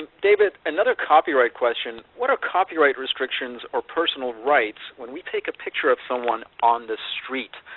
david, another copyright question, what are copyright restrictions or personal rights when we take a picture of someone on the street?